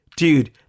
Dude